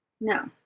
No